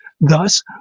Thus